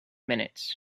minutes